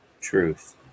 truth